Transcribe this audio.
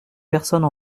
personne